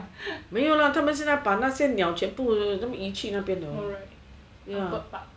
没有啦他们现在把那些鸟全部移去那边